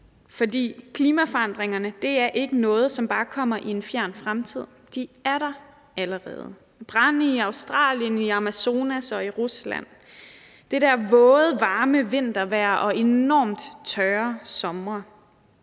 for klimaforandringerne er ikke noget, som bare kommer i en fjern fremtid, de er der allerede: brande i Australien, i Amazonas og i Rusland; det der våde, varme vintervejr og enormt tørre somre.